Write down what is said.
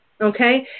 Okay